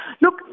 Look